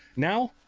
now.